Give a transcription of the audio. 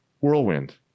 whirlwind